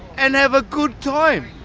and have a good time,